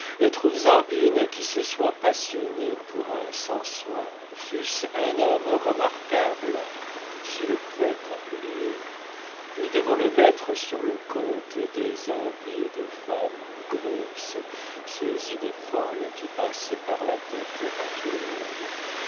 elles raffolent trouves en une qui se soit passionnée pour un sans soins fût-ce un homme remarquable si le fait a eu lieu nous devons le mettre sur le compte des envies de femme grosse ces idées folles qui passent par la tête à tout le monde